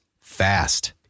fast